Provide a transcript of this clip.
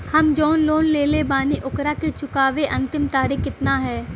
हम जवन लोन लेले बानी ओकरा के चुकावे अंतिम तारीख कितना हैं?